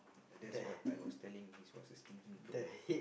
that's what I was telling this was a stinking fellow